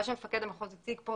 מה שמפקד המחוז הציג כאן,